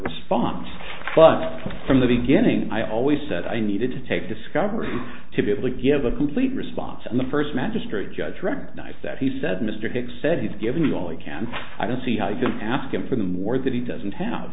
response but from the beginning i always said i needed to take discovery to be able to give a complete response in the first magistrate judge recognize that he said mr hicks said he's given me all i can i don't see how you can ask him for the more that he doesn't have